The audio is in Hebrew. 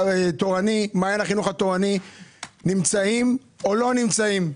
מעיין החינוך התורני נמצאים או לא נמצאים?